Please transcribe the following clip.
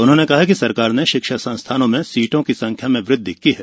उन्होंने कहा कि सरकार ने शिक्षा संस्थानों में सीटों की संख्या में वृदधि की है